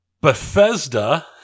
bethesda